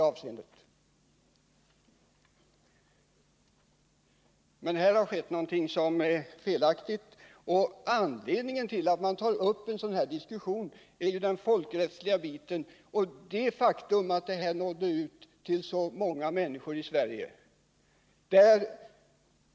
Men här har det skett något felaktigt. Anledningen till att den här diskussionen har dragits upp är ju den folkrättsliga aspekten. Programmet väckte debatt, och de som hade gjort programmet betecknades som lögnare.